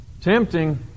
Tempting